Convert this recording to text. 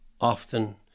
often